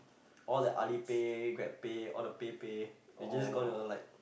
all the Alipay GrabPay all the pay pay they just gonna like